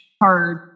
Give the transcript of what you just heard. hard